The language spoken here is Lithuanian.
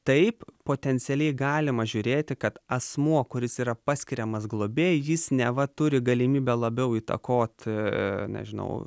taip potencialiai galima žiūrėti kad asmuo kuris yra paskiriamas globėju jis neva turi galimybę labiau įtakot nežinau